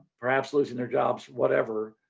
perhaps, losing their jobs, whatever,